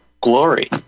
glory